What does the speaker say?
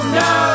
no